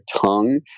tongue